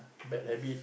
bad habit